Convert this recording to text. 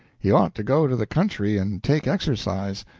he ought to go to the country and take exercise,